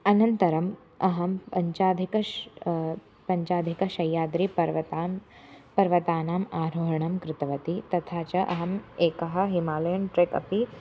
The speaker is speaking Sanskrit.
अनन्तरम् अहं पञ्चाधिकश् पञ्चाधिकसह्याद्रीपर्वतान् पर्वतानाम् आरोहणं कृतवती तथा च अहम् एकं हिमालयन् ट्रेक् अपि